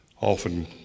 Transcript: often